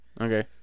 Okay